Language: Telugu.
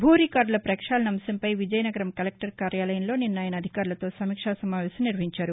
భూరికార్డుల ప్రక్షాళన అంశంపై విజయనగరం కలెక్టర్ కార్యాలయంలో నిన్న ఆయన అధికారులతో సమీక్షా సమావేశం నిర్వహించారు